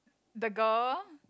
the girl